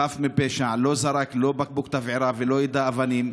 חף מפשע, לא זרק בקבוק תבערה ולא יידה אבנים.